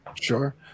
Sure